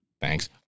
Thanks